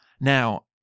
Now